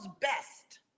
best